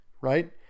right